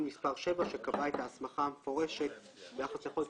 מספר 7 שקבע את ההסמכה המפורשת ביחס לכל התקשרות,